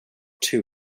two